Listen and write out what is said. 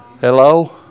Hello